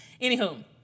anywho